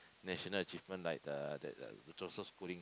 national achievement like the that that Joseph-Schooling